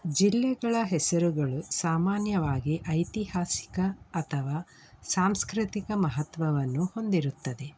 ಜಿಲ್ಲೆಗಳ ಹೆಸರುಗಳು ಸಾಮಾನ್ಯವಾಗಿ ಐತಿಹಾಸಿಕ ಅಥವಾ ಸಾಂಸ್ಕೃತಿಕ ಮಹತ್ವವನ್ನು ಹೊಂದಿರುತ್ತದೆ